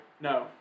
No